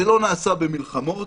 זה לא נעשה במלחמות,